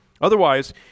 Otherwise